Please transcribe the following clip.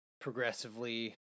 progressively